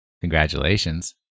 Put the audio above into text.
Congratulations